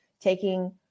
taking